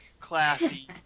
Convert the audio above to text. classy